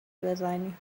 بزنی